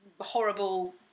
horrible